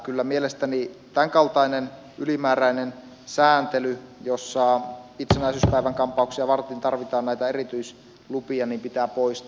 kyllä mielestäni tämänkaltainen ylimääräinen sääntely jossa itsenäisyyspäivän kampauksia varten tarvitaan näitä erityislupia pitää poistaa